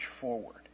forward